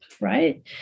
right